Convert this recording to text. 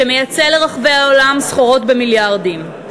שמייצא לרחבי העולם סחורות במיליארדים,